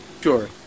Sure